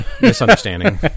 misunderstanding